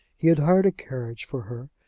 he had hired a carriage for her,